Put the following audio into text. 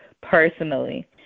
personally